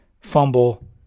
fumble